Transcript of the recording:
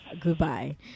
Goodbye